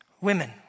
Women